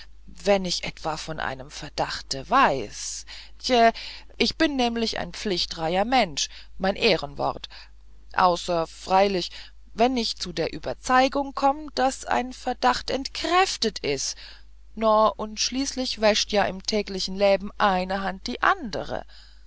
wenn ich etwas von einem verdachte weiß tje ich bin nämlich ein pflichttreier mensch mein ehrenwort außer freilich wenn ich zu der überzeigung komm daß ein verdacht entkräftet is no und schließlich wäscht ja im täglichen läben eine hand die andere